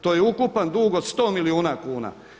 To je ukupan dug od 100 milijuna kuna.